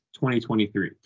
2023